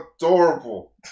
adorable